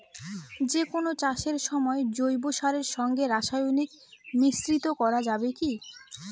যে কোন চাষের সময় জৈব সারের সঙ্গে রাসায়নিক মিশ্রিত করা যাবে কি?